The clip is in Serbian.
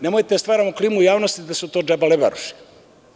Nemojte da stvaramo klimu u javnosti da su to džabalebaroši.